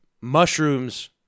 mushrooms